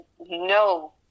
no